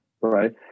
right